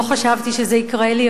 לא חשבתי שזה יקרה לי,